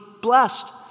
blessed